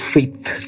Faith